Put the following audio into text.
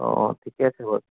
অঁ অঁ ঠিকে আছে বাৰু